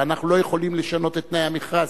ואנחנו לא יכולים לשנות את תנאי המכרז,